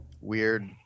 weird